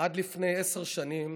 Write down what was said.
עד לפני עשר שנים